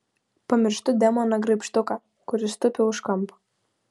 pamirštu demoną graibštuką kuris tupi už kampo